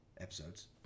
episodes